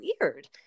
weird